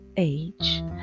age